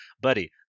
buddy